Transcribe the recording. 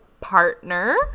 partner